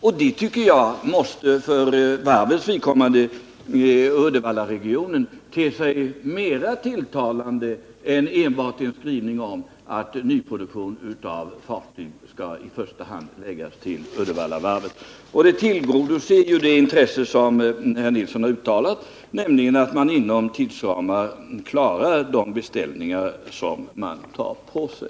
Det måste, tycker jag, för varvets vidkommande och för Uddevallaregionens te sig mera tilltalande än enbart en skrivning om att nyproduktion av fartyg i första hand skall förläggas till Uddevallavarvet. Utskottets skrivning tillgodoser ju det intresse som herr Nilsson har uttalat, nämligen att man inom tidsramar klarar de beställningar som man tar på sig.